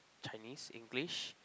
Chinese English